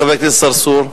חבר הכנסת צרצור?